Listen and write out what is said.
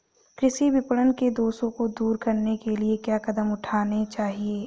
कृषि विपणन के दोषों को दूर करने के लिए क्या कदम उठाने चाहिए?